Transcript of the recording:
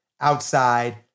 outside